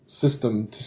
system